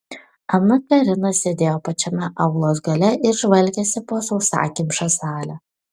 ana karina sėdėjo pačiame aulos gale ir žvalgėsi po sausakimšą salę